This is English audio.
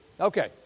Okay